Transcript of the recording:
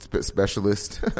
specialist